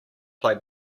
play